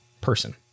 person